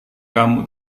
kamu